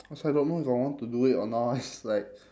it's like I don't know if I want to do it or not it's like